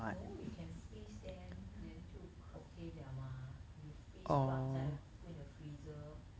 no you can freeze them then 就 okay liao mah you freeze buang 在 put in the freezer